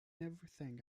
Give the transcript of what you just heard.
everything